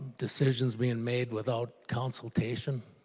decisions being made without consultation.